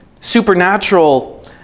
supernatural